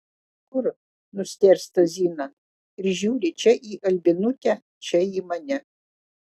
kur nustėrsta zina ir žiūri čia į albinutę čia į mane